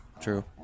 True